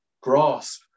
grasp